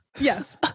Yes